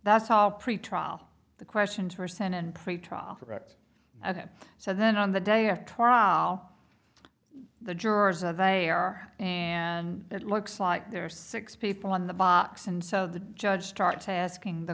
that's all pretrial the questions were sent and pretrial for it so then on the day of trial the jurors of a are and it looks like there are six people on the box and so the judge start to asking the